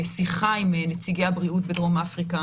בשיחה עם נציגי הבריאות בדרום אפריקה